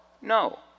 No